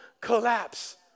collapse